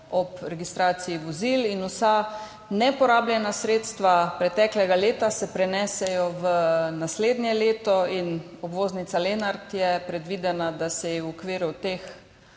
ob registraciji vozil, in vsa neporabljena sredstva preteklega leta se prenesejo v naslednje leto. Za obvoznico Lenart je predvideno, da se ji v okviru teh